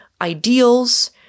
ideals